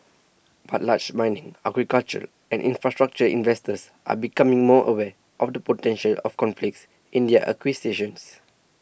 but large mining agricultural and infrastructure investors are becoming more aware of the potential of conflicts in their acquisitions